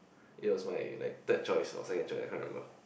it was my like third choice or second choice I can't remember